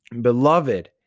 Beloved